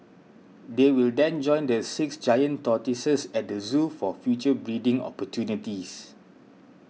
they will then join the six giant tortoises at the zoo for future breeding opportunities